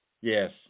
Yes